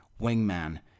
wingman